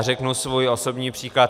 Řeknu svůj osobní příklad.